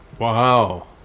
wow